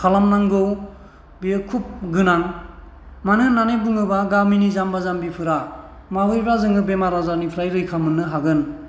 खालामनांगौ बेयो खुब गोनां मानो होननानै बुङोबा गामिनि जाम्बा जाम्बिफोरा माबोरैबा जोङो बेमार आजारनिफ्राय रैखा मोननो हागोन